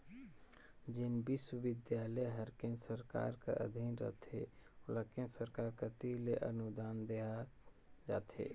जेन बिस्वबिद्यालय हर केन्द्र सरकार कर अधीन रहथे ओला केन्द्र सरकार कती ले अनुदान देहल जाथे